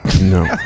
No